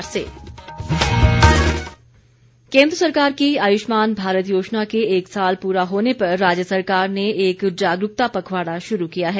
परमार केन्द्र सरकार की आयुष्मान भारत योजना के एक साल पूरा होने पर राज्य सरकार ने एक जागरूकता पखवाड़ा शुरू किया है